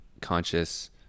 conscious